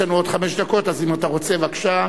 יש לנו עוד חמש דקות, אז אם אתה רוצה, בבקשה,